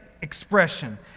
expression